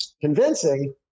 convincing